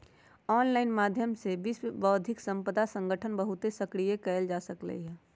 online माध्यम से विश्व बौद्धिक संपदा संगठन बहुते सक्रिय कएल जा सकलई ह